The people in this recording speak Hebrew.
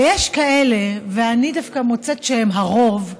ויש כאלה, ואני דווקא מוצאת שהם הרוב,